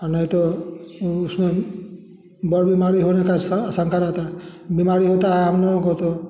और नहीं तो उसमें बड़ा बीमारी होने का आशा अशंका रहता है बीमारी होता है हम लोगों को तो